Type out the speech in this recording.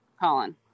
Colin